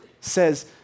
says